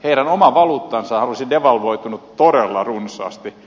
heidän oma valuuttansahan olisi devalvoitunut todella runsaasti